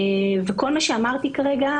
כל מה שאמרתי כרגע,